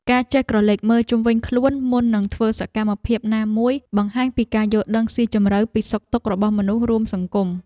ការចេះក្រឡេកមើលជុំវិញខ្លួនមុននឹងធ្វើសកម្មភាពណាមួយបង្ហាញពីការយល់ដឹងស៊ីជម្រៅពីសុខទុក្ខរបស់មនុស្សរួមសង្គម។